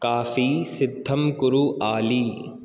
coffee सिद्धं कुरु आली